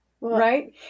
right